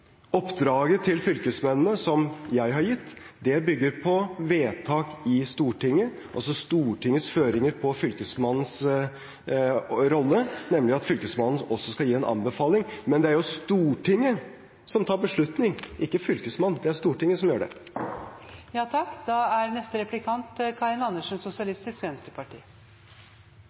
Oppdraget som jeg har gitt til fylkesmennene, bygger på vedtak i Stortinget, Stortingets føringer for fylkesmannens rolle, nemlig at fylkesmannen også skal gi en anbefaling. Men det er Stortinget som tar beslutning, ikke fylkesmannen. Det er Stortinget som gjør det.